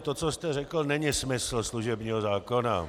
To, co jste řekl, není smysl služebního zákona.